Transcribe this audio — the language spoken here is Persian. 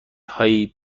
هایی